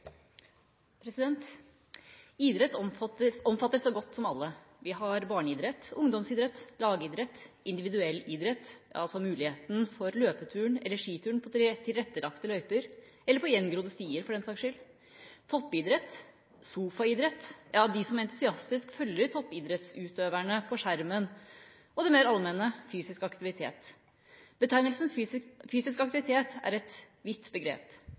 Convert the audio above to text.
alle. Idrett omfatter så godt som alle. Vi har barneidrett, ungdomsidrett, lagidrett, individuell idrett – muligheten for løpeturen eller skituren på tilrettelagte løyper, eller på gjengrodde stier for den saks skyld – toppidrett, sofaidrett, ja, de som entusiastisk følger toppidrettsutøverne på skjermen og det mer allmenne: fysisk aktivitet. Betegnelsen «fysisk aktivitet» er et vidt begrep.